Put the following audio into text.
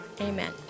Amen